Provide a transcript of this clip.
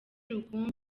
rukumbi